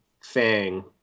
Fang